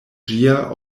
ĝia